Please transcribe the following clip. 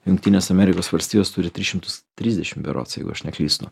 jungtinės amerikos valstijos turi tris šimtus trisdešim berods jeigu aš neklystu